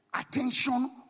attention